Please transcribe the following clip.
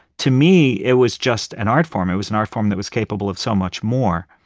to me, it was just an art form. it was an art form that was capable of so much more.